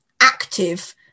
active